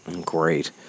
Great